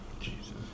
Jesus